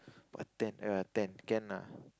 but ten err ten can lah